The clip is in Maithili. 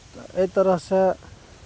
एहि तरह से